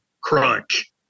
Crunch